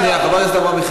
זו בושה וחרפה.